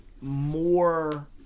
more